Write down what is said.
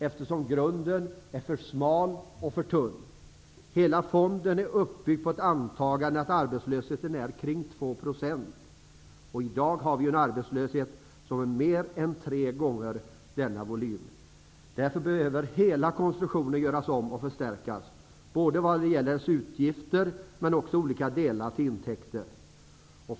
Dess grund är för smal och för tunn. Fonden är uppbyggd på antagandet att arbetslösheten skall ligga kring 2 %. I dag har vi en arbetslöshet som är mer än tre gånger så stor. Hela konstruktionen behöver därför göras om och förstärkas, både vad gäller dess utgifter och delar av intäkterna.